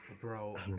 Bro